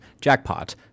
jackpot